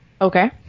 Okay